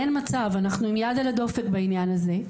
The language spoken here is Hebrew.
אין מצב, אנחנו עם יד על הדופק בענין הזה.